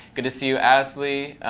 good to see you, astly.